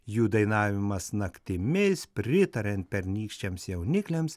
jų dainavimas naktimis pritariant pernykščiams jaunikliams